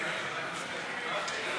למה,